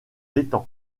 l’étang